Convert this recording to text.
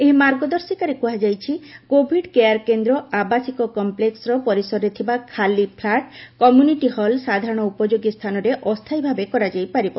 ଏହି ମାର୍ଗଦର୍ଶିକାରେ କୁହାଯାଇଛି କୋଭିଡ୍ କେୟାର କେନ୍ଦ୍ର ଆବାସିକ କଂପ୍ଲେକ୍ସର ପରିସରରେ ଥିବା ଖାଲି ଫ୍ଲାଟ୍ କମ୍ୟୁନିଟି ହଲ୍ ସାଧାରଣ ଉପଯୋଗୀ ସ୍ଥାନରେ ଅସ୍ଥାୟୀ ଭାବେ କରାଯାଇ ପାରିବ